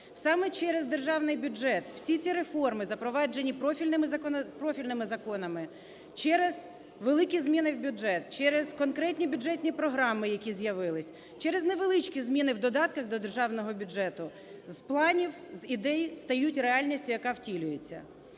Саме через Державний бюджет всі ці реформи запроваджені профільними законами, через великі зміни в бюджет, через конкретні бюджетні програми, які з'явились, через невеличкі зміни в додатках до Державного бюджету з планів, з ідей стають реальністю, яка втілюється.